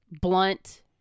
blunt